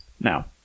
now